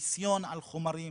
חיסיון על חומרים,